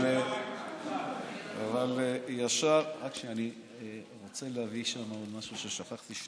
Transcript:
רק שנייה, אני רוצה להביא עוד משהו ששכחתי.